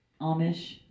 Amish